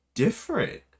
different